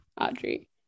Audrey